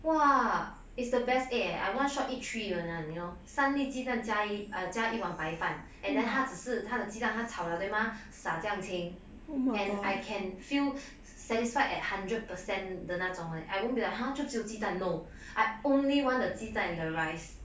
!wah! it's the best egg eh one shot eat three [one] you know 三粒鸡蛋加一粒 err 加一碗白饭 and then 她只是她的鸡蛋还炒了对吗洒酱清 and I can feel satisfied at hundred percent 的那种 I won't be like !huh! 就只有鸡蛋 no I only wanted the 鸡蛋 and the rice